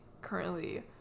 currently